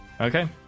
Okay